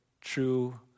true